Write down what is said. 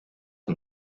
een